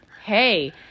Hey